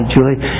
Julie